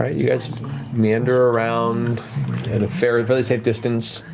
ah you guys meander around at a fairly fairly safe distance,